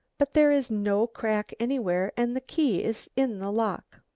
but there is no crack anywhere and the key is in the lock.